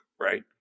right